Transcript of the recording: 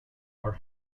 are